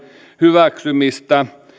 hyväksymistä